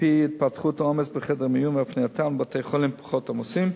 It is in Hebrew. על-פי התפתחות העומס בחדר המיון והפנייתם לבתי-חולים פחות עמוסים,